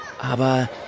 Aber